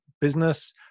business